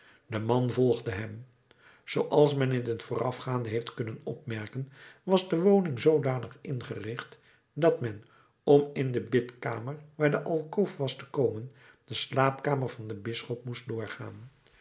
de man volgde hem zooals men in het voorafgaande heeft kunnen opmerken was de woning zoodanig ingericht dat men om in de bidkamer waar de alkoof was te komen de slaapkamer van den bisschop moest doorgaan